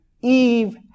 Eve